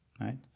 right